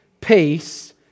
peace